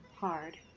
hard